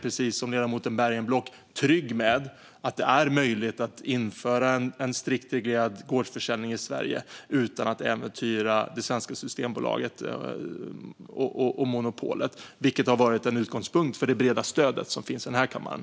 Precis som ledamoten Bergenblock känner jag mig trygg med att det är möjligt att införa en strikt reglerad gårdsförsäljning i Sverige utan att äventyra Systembolaget och det svenska monopolet, vilket har varit en utgångspunkt för det breda stödet i kammaren.